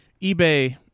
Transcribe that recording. eBay